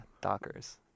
dockers